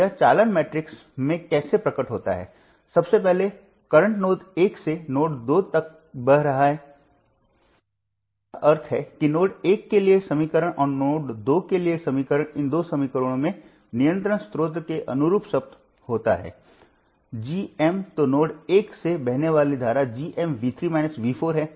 तो यह चालन मैट्रिक्स में कैसे प्रकट होता है सबसे पहले वर्तमान नोड 1 से नोड 2 तक बह रहा है जिसका अर्थ है कि नोड 1 के लिए समीकरण और नोड 2 के लिए समीकरण इन दो समीकरणों में नियंत्रण स्रोत के अनुरूप शब्द होता है जी एम तो नोड 1 से बहने वाली धारा GM है